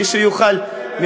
לא היית מתאמן,